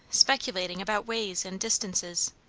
speculating about ways and distances,